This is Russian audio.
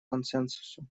консенсусу